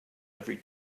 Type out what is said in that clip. every